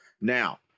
Now